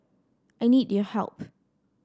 I need your help